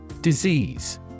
Disease